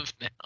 now